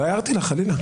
לא הערתי לך, חלילה.